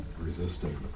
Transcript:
resisting